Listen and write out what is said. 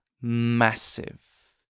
massive